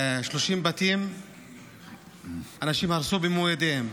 30 בתים אנשים הרסו במו ידיהם,